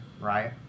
right